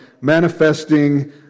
manifesting